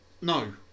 No